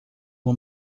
uma